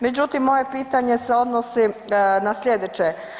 Međutim, moje pitanje se odnosi na sljedeće.